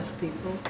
people